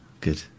good